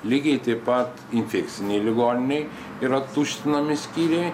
lygiai taip pat infekcinėj ligoninėj yra tuštinami skyriai